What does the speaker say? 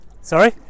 Sorry